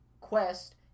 quest